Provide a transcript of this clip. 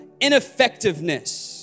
ineffectiveness